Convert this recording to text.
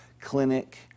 clinic